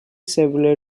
severely